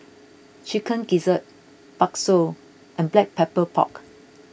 Chicken Gizzard Bakso and Black Pepper Pork